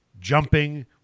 jumping